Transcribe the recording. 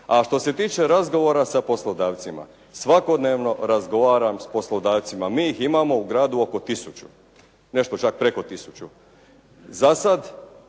A što se tiče razgovora sa poslodavcima, svakodnevno razgovaram s poslodavcima. Mi ih imamo u gradu oko 1000, nešto čak preko 1000. Za sad